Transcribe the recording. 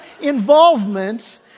involvement